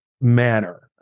manner